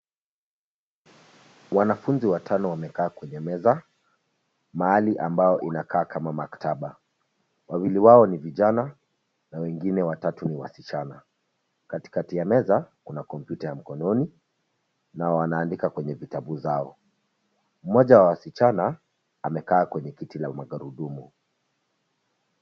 Wanafunzi watano wamekaa kwenye meza mahali ambayo inakaa maktaba. Wawili wao ni vijana na wengine watatu ni wasichana. Katikati ya meza kuna kompyuta ya mkononi na wanaandika kwenye vitabu zao. Mmoja wa wasichana amekaa kwenye kiti la magurudumu.